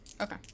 Okay